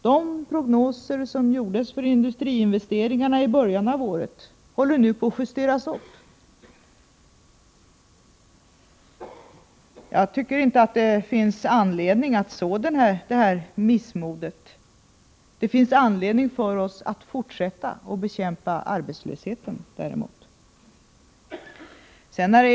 De prognoser som gjordes för industriinvesteringarna i början på året håller nu på att justeras upp. Jag tycker inte att det finns anledning att så något missmod. Däremot finns det anledning för oss att fortsätta att bekämpa arbetslösheten.